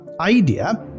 idea